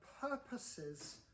purposes